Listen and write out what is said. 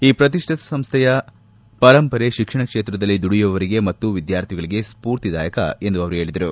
ಈ ಪ್ರತಿಷ್ಠಿತ ಸಂಸ್ವೆಯ ಪರಂಪರೆ ಶಿಕ್ಷಣ ಕ್ಷೇತ್ರದಲ್ಲಿ ದುಡಿಯುವವರಿಗೆ ಮತ್ತು ವಿದ್ಯಾರ್ಥಿಗಳಿಗೆ ಸ್ಪೂರ್ತಿದಾಯಕ ಎಂದು ಅವರು ಹೇಳದರು